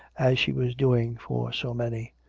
as she was doing for so many.